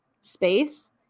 space